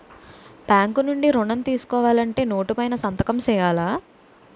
bank నుండి ఋణం తీసుకోవాలంటే నోటు పైన సంతకం సేయాల